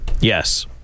Yes